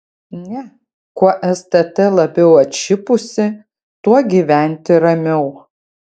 ne kuo stt labiau atšipusi tuo gyventi ramiau